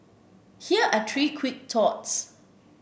here are three quick thoughts